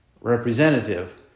representative